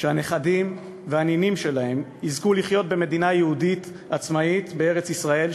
שהנכדים והנינים שלהם יזכו לחיות במדינה יהודית עצמאית בארץ-ישראל,